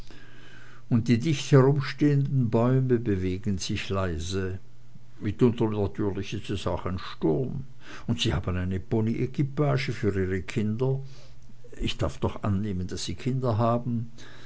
und die dicht herumstehenden bäume bewegen sich leise mitunter natürlich ist auch sturm und sie haben eine pony equipage für ihre kinder ich darf doch annehmen daß sie kinder haben